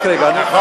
אני,